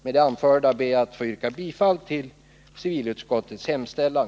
Med det anförda ber jag att få yrka bifall till civilutskottets hemställan.